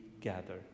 gather